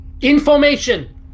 Information